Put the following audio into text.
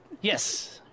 Yes